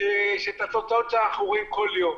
שאת התוצאות שלה אנחנו רואים כל יום.